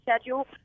schedule